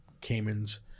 Cayman's